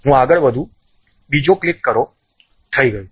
હું આગળ વધું છું બીજું ક્લિક કરો થઈ ગયું